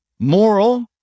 moral